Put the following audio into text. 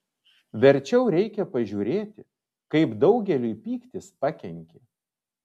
verčiau reikia pažiūrėti kaip daugeliui pyktis pakenkė